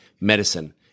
medicine